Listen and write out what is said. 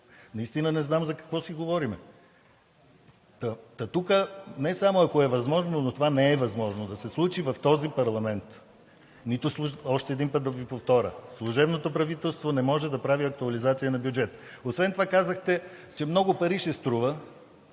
наистина не знам за какво си говорим. Та тук не само ако е възможно, но това не е възможно да се случи в този парламент. Още един път да Ви повторя: служебното правителство не може да прави актуализация на бюджет. Освен това казахте, че много пари ще струва.